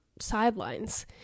sidelines